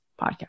podcast